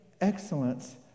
excellence